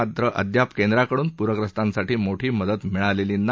मात्र अद्याप केंद्राकडून पूरग्रस्तांसाठी मोठी मदत मिळालेली नाही